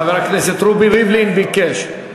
חבר הכנסת רובי ריבלין ביקש.